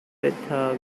better